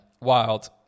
Wild